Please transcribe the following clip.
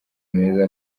meza